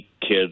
kids